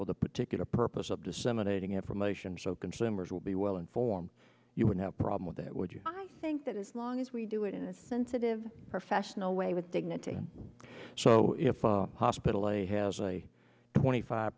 for the particular purpose of disseminating information so consumers will be well informed you would have a problem with that would you think that as long as we do it in a sensitive professional way with dignity so if the hospital a has a twenty five